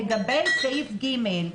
לגבי סעיף (ג).